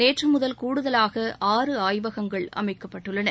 நேற்று முதல் கூடுதலாக ஆறு ஆய்வகங்கள் அமைக்கப்பட்டுள்ளன